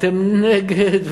אתם נגד,